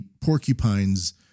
porcupines